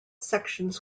sections